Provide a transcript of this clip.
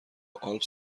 آلپ